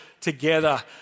together